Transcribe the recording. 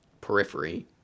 periphery